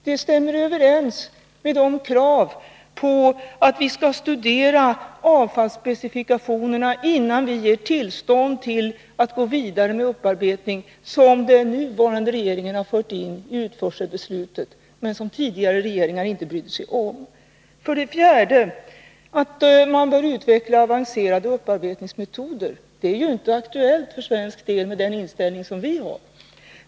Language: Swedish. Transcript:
Det stämmer överens med de krav på studier av avfallsspecifikationerna innan vi ger tillstånd att gå vidare med upparbetning som den nuvarande regeringen har infört i utförselbeslutet, men som tidigare regeringar inte brydde sig om. ä För det fjärde bör man utveckla avancerade upparbetningsmetoder. Det är ju inte aktuellt för Sveriges del med den inställning som vi har.